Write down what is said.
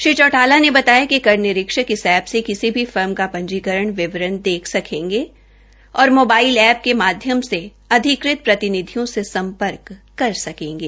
श्री चौटाला ने बताया कि कर निरीक्ष कइस ऐप से किसी भी फर्म का पंजीकरण विवरण देख सकेंगे और मोबाइल ऐ पके माध्यम से अधिकृत प्रतिनिधियों से संपर्क कर सकेंगे